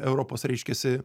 europos reiškiasi